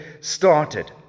started